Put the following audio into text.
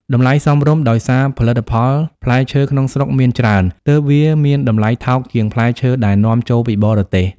តម្លៃសមរម្យ ដោយសារផលិតផលផ្លែឈើក្នុងស្រុកមានច្រើន ទើបវាមានតម្លៃថោកជាងផ្លែឈើដែលនាំចូលពីបរទេស។